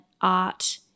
art